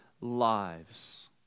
lives